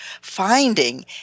finding